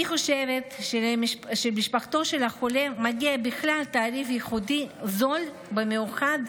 אני חושבת שלמשפחתו של החולה מגיע בכלל תעריף ייחודי זול במיוחד,